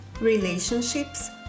relationships